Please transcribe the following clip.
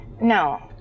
no